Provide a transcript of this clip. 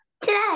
Today